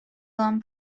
doan